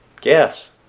Guess